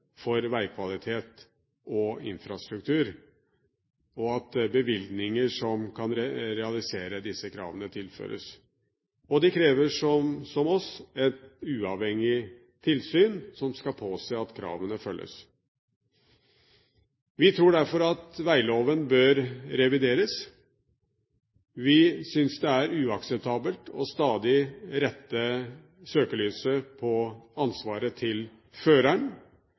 for veikvalitet og infrastruktur, og at bevilgninger som kan realisere disse kravene, tilføres. Og de krever, som oss, et uavhengig tilsyn som skal påse at kravene følges. Vi tror derfor at veiloven bør revideres. Vi synes det er uakseptabelt stadig å rette søkelyset på ansvaret til føreren,